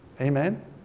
amen